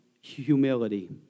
humility